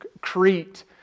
Crete